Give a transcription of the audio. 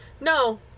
No